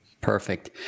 Perfect